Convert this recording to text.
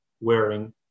wearing